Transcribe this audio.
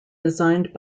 designed